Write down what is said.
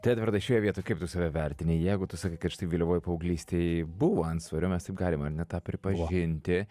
tai edvardai šioje vietoj kaip tu save vertini jeigu tu sakai kad štai vėlyvoj paauglystėj buvo antsvorio mes taip galim ar ne tą pripažinti